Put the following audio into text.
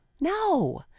No